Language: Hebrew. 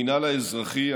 המינהל האזרחי,